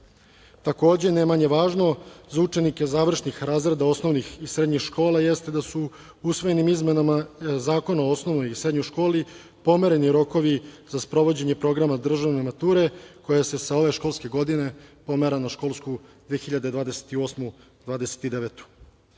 zahtev. Takođe ne manje važno za učenike završnih razreda osnovne i srednje škole, jeste da su usvojenim izmenama Zakona o osnovnoj i srednjoj školi pomereni rokovi za sprovođenje programa državne mature, koja se sa ove školske godine, pomera na školsku 2028.